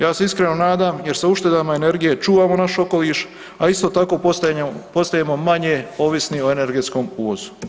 Ja se iskreno nadam jer sa uštedama energije čuvamo naš okoliš, a isto tako postajemo manje ovisni o energetskom uvozu.